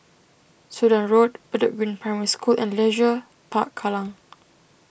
Sudan Road Bedok Green Primary School and Leisure Park Kallang